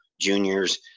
juniors